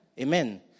Amen